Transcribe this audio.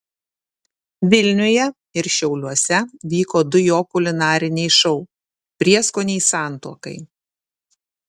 vilniuje ir šiauliuose vyko du jo kulinariniai šou prieskoniai santuokai